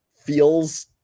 feels